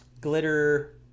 glitter